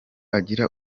agira